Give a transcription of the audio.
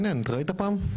מעניין את ראית פעם?